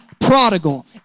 prodigal